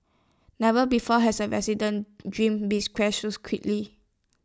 never before has A resident's dream been dashed so quickly